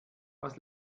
was